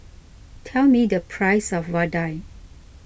tell me the price of Vadai